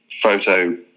photo